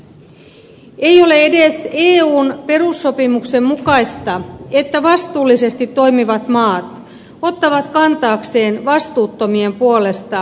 ei ole edes eun perussopimuksen mukaista että vastuullisesti toimivat maat ottavat kantaakseen vastuuttomien puolesta miljarditaakan